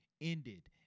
ended